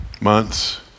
months